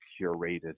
curated